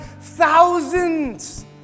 thousands